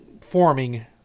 forming